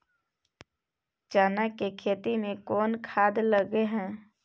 चना के खेती में कोन खाद लगे हैं?